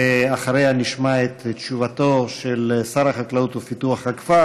ואחריה נשמע את תשובתו של שר החקלאות ופיתוח הכפר